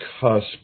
cusp